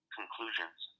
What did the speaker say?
conclusions